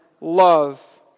love